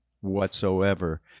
whatsoever